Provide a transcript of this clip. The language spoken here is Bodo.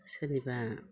सोरनिबा